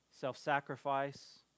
self-sacrifice